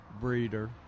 breeder